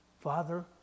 Father